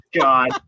God